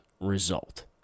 result